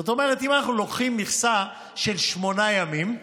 זאת אומרת, אם אנחנו לוקחים מכסה של שמונה ימים,